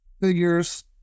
figures